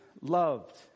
loved